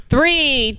Three